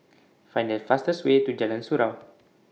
Find The fastest Way to Jalan Surau